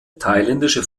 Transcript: thailändische